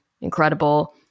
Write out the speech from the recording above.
incredible